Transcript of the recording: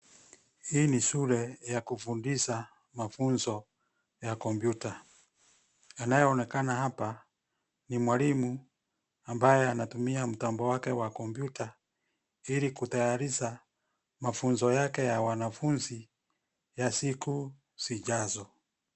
Hii ni shule, ya kufundisha mafunzo ya kompyuta. Anayeonekana hapa, ni mwalimu, ambaye anatumia mtambo wake wa kompyuta, ili kutayarisha, mafunzo yake ya wanafunzi, ya siku zijazo.